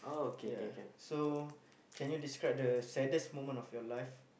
ya so can you describe the saddest moment of your life